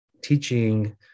teaching